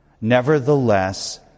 Nevertheless